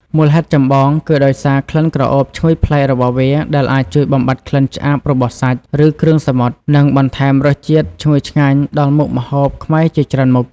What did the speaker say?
មូលហេតុចម្បង គឺដោយសារ ក្លិនក្រអូបឈ្ងុយប្លែក របស់វា ដែលអាចជួយបំបាត់ក្លិនឆ្អាបរបស់សាច់ ឬគ្រឿងសមុទ្រ និងបន្ថែមរសជាតិឈ្ងុយឆ្ងាញ់ដល់មុខម្ហូបខ្មែរជាច្រើនមុខ។